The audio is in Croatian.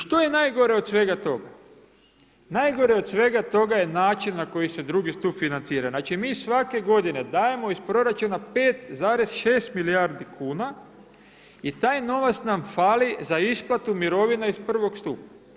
I što je najgore od svega toga, najgore od svega toga je način na koji se drugi stup financira, znači mi svake godine dajemo iz proračuna 5,6 milijardi kuna i taj novac nam fali za isplatu mirovina iz prvog stupa.